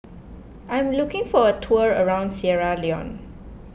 I'm looking for a tour around Sierra Leone